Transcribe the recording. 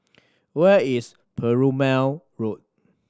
where is Perumal Road